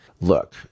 Look